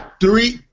three